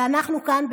ואנחנו כאן,